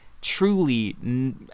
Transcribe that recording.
truly